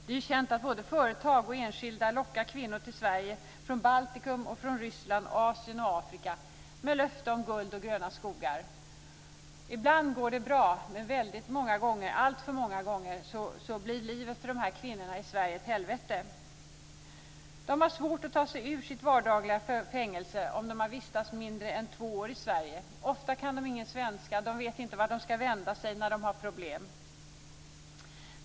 Det är ju känt att både företag och enskilda lockar kvinnor från Baltikum, Ryssland, Asien och Afrika till Sverige, med löfte om guld och gröna skogar. Ibland går det bra men alltför många gånger blir livet i Sverige för de här kvinnorna ett helvete. De har svårt att ta sig ur sitt vardagliga fängelse om de har vistats mindre än två år i Sverige. Ofta kan de ingen svenska. De vet inte vart de ska vända sig när de har problem.